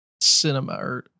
cinema